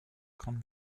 grande